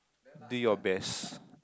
do your best